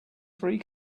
free